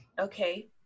Okay